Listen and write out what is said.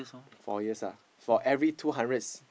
four years ah for every two hundreds